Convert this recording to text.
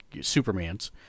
Superman's